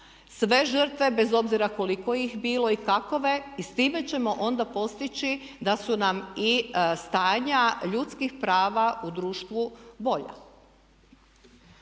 sve žrtve bez obzira koliko ih bilo i takove i s time ćemo onda postići da su nam i stanja ljudskih prava u društvu bolja.